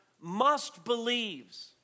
must-believes